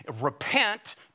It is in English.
Repent